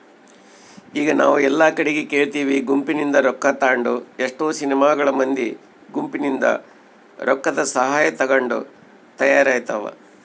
ಈಗ ನಾವು ಎಲ್ಲಾ ಕಡಿಗೆ ಕೇಳ್ತಿವಿ ಗುಂಪಿನಿಂದ ರೊಕ್ಕ ತಾಂಡು ಎಷ್ಟೊ ಸಿನಿಮಾಗಳು ಮಂದಿ ಗುಂಪಿನಿಂದ ರೊಕ್ಕದಸಹಾಯ ತಗೊಂಡು ತಯಾರಾತವ